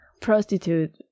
prostitute